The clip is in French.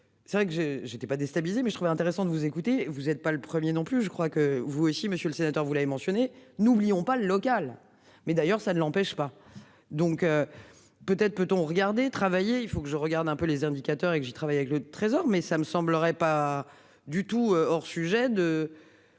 C'est vrai que j'ai, j'étais pas déstabiliser mais je trouvais intéressant de vous écouter, vous êtes pas le 1er non plus, je crois que vous aussi, monsieur le sénateur, vous l'avez mentionné, n'oublions pas le local mais d'ailleurs ça ne l'empêche pas donc. Peut être peut-on regarder travailler, il faut que je regarde un peu les indicateurs et que j'y travaille avec le Trésor mais ça me semblerait pas du tout hors sujet de.